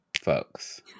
folks